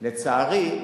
לצערי,